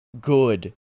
good